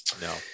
No